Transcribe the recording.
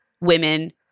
women